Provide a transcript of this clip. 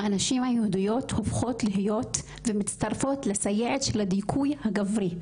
הנשים היהודיות הופכות להיות ומצטרפות לסיירת של הדיכוי הגברי,